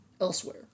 elsewhere